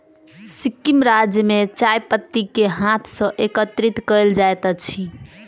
सिक्किम राज्य में चाय पत्ती के हाथ सॅ एकत्रित कयल जाइत अछि